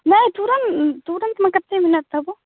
नहि तुरन्त तुरन्तमे कतेक मिनट तबो